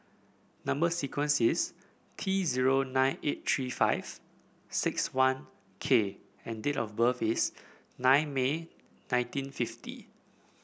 number sequence is T zero nine eight three five six one K and date of birth is nine May nineteen fifty